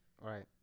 Right